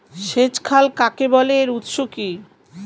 সেচ খাল কাকে বলে এর উৎস কি?